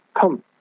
come